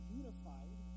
unified